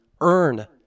earn